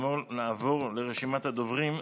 נעבור לרשימת הדוברים.